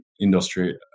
industry